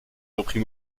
reprit